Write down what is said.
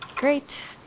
great.